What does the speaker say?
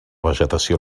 vegetació